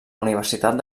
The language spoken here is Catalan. universitat